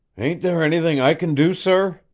ain't there anything i can do, sir?